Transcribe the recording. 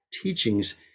teachings